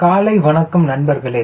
காலை வணக்கம் நண்பர்களே